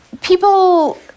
People